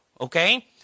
Okay